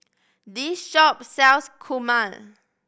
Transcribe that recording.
this shop sells kurma